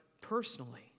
personally